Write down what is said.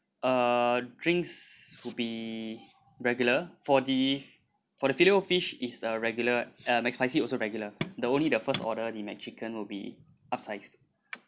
uh drinks would be regular for the for the filet O fish is a regular uh McSpicy also regular the only the first order the McChicken would be upsized